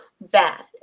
bad